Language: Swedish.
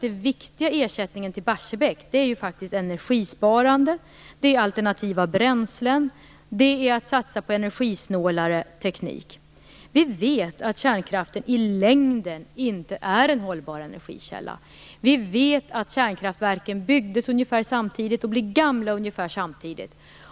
Den viktiga ersättningen för Barsebäck är faktiskt energisparande, alternativa bränslen och energisnålare teknik. Vi vet att kärnkraften i längden inte är en hållbar energikälla. Vi vet att kärnkraftverken byggdes ungefär samtidigt och blir gamla ungefär samtidigt.